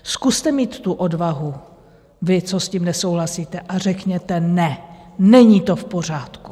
Zkuste mít tu odvahu, vy, co s tím nesouhlasíte, a řekněte ne, není to v pořádku!